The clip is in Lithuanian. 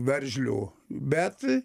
veržlių bet